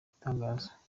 ibitangaza